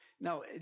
Now